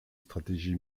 stratégie